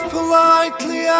politely